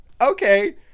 okay